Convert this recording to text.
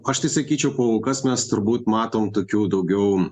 aš tai sakyčiau kol kas mes turbūt matom tokių daugiau